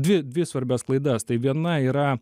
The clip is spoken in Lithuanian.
dvi dvi svarbias klaidas tai viena yra